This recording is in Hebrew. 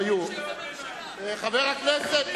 הם לא יודעים שזה ממשלה, חברי הכנסת,